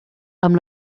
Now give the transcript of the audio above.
amb